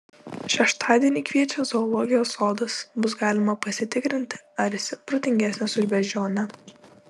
šeštadienį kviečia zoologijos sodas bus galima pasitikrinti ar esi protingesnis už beždžionę